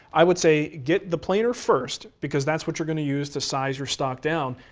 i would say, get the planer first because that's what you're going to use to size your stock down.